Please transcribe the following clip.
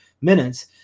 minutes